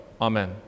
Amen